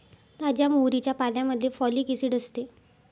ताज्या मोहरीच्या पाल्यामध्ये फॉलिक ऍसिड असते